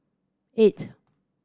eight